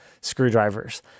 screwdrivers